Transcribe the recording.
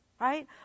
right